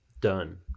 Done